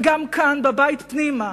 וגם כאן, בבית פנימה,